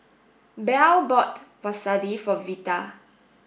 Belle bought Wasabi for Vita